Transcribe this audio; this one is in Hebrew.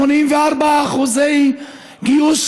84% אחוזי גיוס,